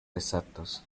exactos